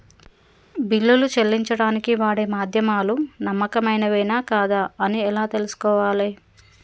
బిల్లులు చెల్లించడానికి వాడే మాధ్యమాలు నమ్మకమైనవేనా కాదా అని ఎలా తెలుసుకోవాలే?